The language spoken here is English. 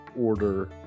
order